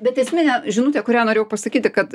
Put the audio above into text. bet esminė žinutė kurią norėjau pasakyti kad